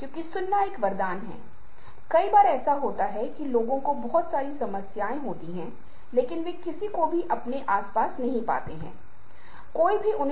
कि आपकी हथेली का यह हिस्सा इस हिस्से की तुलना में अधिक निजी माना जाता है जिसे अधिक सार्वजनिक माना जाता है